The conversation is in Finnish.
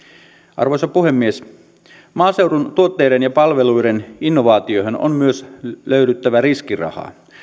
arvoisa puhemies maaseudun tuotteiden ja palveluiden innovaatioihin on myös löydyttävä riskirahaa